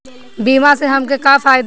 बीमा से हमके का फायदा होई?